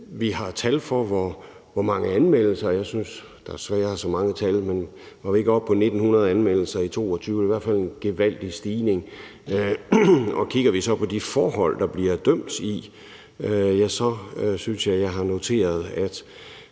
vi har tal for, hvor mange anmeldelser der er, og jeg synes desværre, der er så store tal, og var vi i 2022 ikke oppe på 1.900 anmeldelser? Det er i hvert fald en gevaldig stigning. Kigger vi så på de forhold, der bliver dømt i, så synes jeg, jeg har noteret, at